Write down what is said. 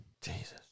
Jesus